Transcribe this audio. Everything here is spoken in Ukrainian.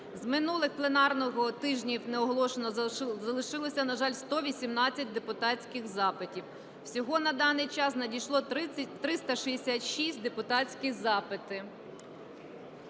З минулого пленарного тижня неоголошеними залишилося, на жаль, 118 депутатських запитів. Всього на даний час надійшло 366 депутатських запитів.